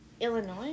Illinois